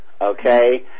okay